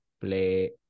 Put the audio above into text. play